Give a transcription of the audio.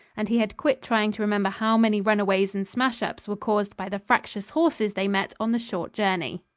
and he had quit trying to remember how many run-aways and smash-ups were caused by the fractious horses they met on the short journey.